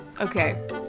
okay